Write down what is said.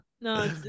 No